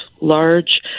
large